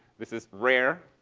this is rare.